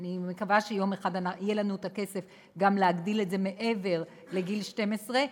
ואני מקווה שיום אחד יהיה לנו הכסף גם להגדיל את זה מעבר לגיל 12,